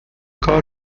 کار